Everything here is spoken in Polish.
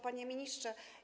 Panie Ministrze!